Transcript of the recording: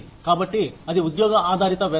కాబట్టి అది ఉద్యోగ ఆధారిత వేతనం